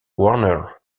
warner